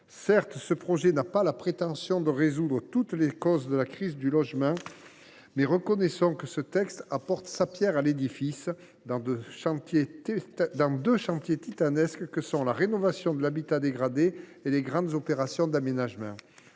Certes, ce texte n’a pas la prétention de résoudre toutes les causes de la crise du secteur du logement. Reconnaissons toutefois qu’il apporte sa pierre à l’édifice de deux chantiers titanesques, la rénovation de l’habitat dégradé et les grandes opérations d’aménagement.